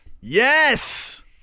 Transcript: Yes